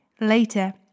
Later